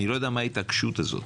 אני לא יודע מה ההתעקשות הזאת.